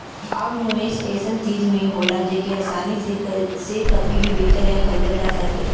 आउर निवेस ऐसन चीज में होला जेके आसानी से कभी भी बेचल या खरीदल जा सके